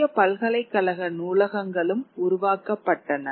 புதிய பல்கலைக்கழக நூலகங்களும் உருவாக்கப்பட்டன